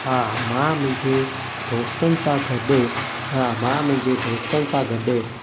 हा मां मुंहिंजे दोस्तनि सां गॾु हा मां मुंहिंजे दोस्तनि सां गॾु